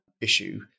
issue